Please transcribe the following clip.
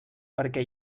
perquè